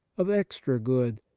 of extra good,